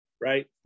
Right